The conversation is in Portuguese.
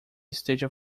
esteja